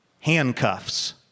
Handcuffs